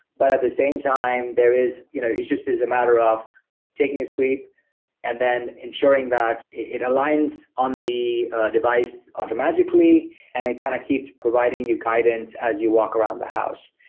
but at the same time, there is you know it's just is a matter of taking a sweep and then ensuring that it aligns on the device automatically and it kind of providing you guidance as you walk around the house.